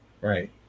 Right